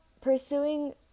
pursuing